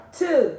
two